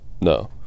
no